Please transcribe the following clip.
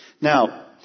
Now